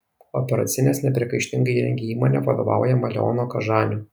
operacines nepriekaištingai įrengė įmonė vadovaujama leono kažanio